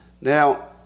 Now